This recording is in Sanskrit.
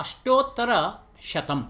अष्टोत्तरशतं